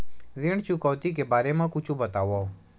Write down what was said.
ऋण चुकौती के बारे मा कुछु बतावव?